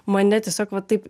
mane tiesiog va taip